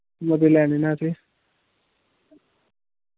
मते लैने न असैं